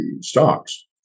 stocks